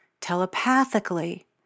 telepathically